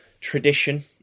tradition